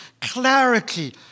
clarity